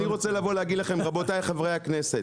אני רוצה לבוא להגיד לכם רבותי חברי הכנסת,